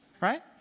right